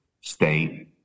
state